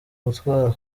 gutwara